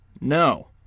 No